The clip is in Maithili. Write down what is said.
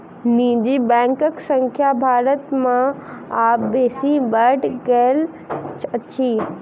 निजी बैंकक संख्या भारत मे आब बेसी बढ़य लागल अछि